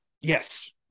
Yes